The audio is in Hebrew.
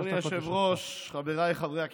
אדוני היושב-ראש, חבריי חברי הכנסת,